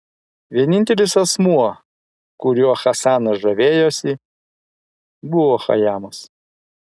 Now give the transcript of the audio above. vienintelis asmuo kuriuo hasanas žavėjosi buvo chajamas